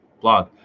blog